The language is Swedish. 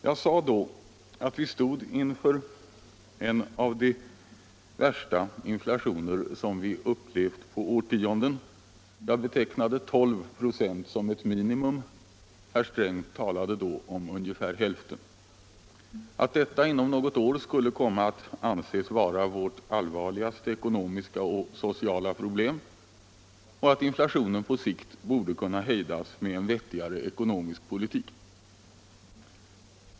Jag sade då, att vi stod inför en av de värsta inflationer som vi upplevt på årtionden —- jag betecknade 12 8 som ett minimum, medan herr Sträng vid den tidpunkten talade om ungefär hälften av detta procenttal, att detta inom något år skulle komma att anses vara vårt allvarligaste ekonomiska och sociala problem samt att inflationen på sikt borde kunna hejdas med en vettigare ekonomisk politik.